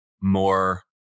more